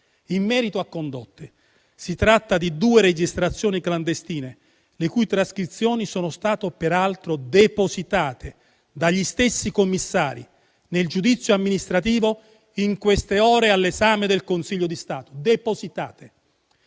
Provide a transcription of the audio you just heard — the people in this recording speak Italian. In merito a Condotte SpA, si tratta di due registrazioni clandestine, le cui trascrizioni sono state peraltro depositate dagli stessi commissari nel giudizio amministrativo in queste ore all'esame del Consiglio di Stato. Esse